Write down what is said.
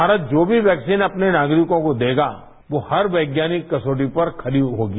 भारत जो मी वैक्सीन अपने नागरिकों को देगा वो हर वैज्ञानिक कसौटी पर खरी होगी